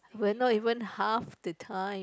we are not even half the time